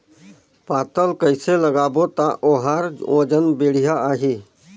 पातल कइसे लगाबो ता ओहार वजन बेडिया आही?